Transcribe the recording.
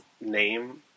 name